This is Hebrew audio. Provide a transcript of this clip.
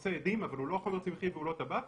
הוא עושה אדים אבל הוא לא חומר צמחי ולא טבק.